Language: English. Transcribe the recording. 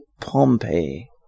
Pompeii